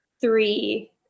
three